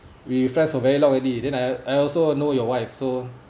we friends for very long already then I I also know your wife so